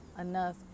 enough